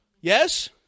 Yes